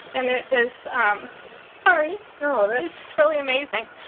and it is um sorry. you know this is fairly amazing.